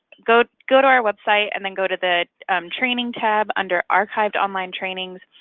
go to go to our website, and then go to the training tab under archived online trainings.